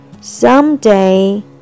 Someday